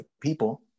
people